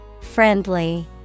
Friendly